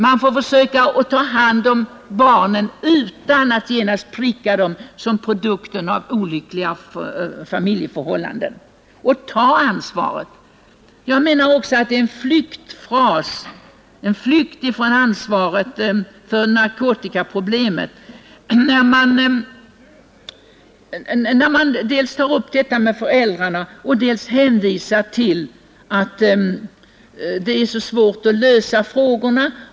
Man får försöka att ta hand om barnen utan att pricka dem såsom produkten av olyckliga familjeförhållanden. Det är en flykt från ansvaret för narkotikaproblemet, när man dels anger föräldrarna som orsak, dels hänvisar till djupgående brister i samhället.